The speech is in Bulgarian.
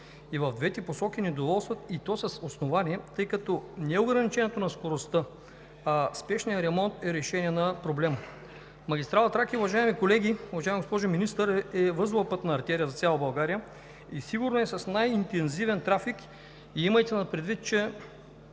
в двете посоки недоволстват, и то с основание, тъй като не ограничението на скоростта, а спешният ремонт е решение на проблема. Магистрала „Тракия“, уважаеми колеги, уважаема госпожо Министър, е възлова пътна артерия за цяла България и сигурно е с най-интензивен трафик. Имайте предвид, че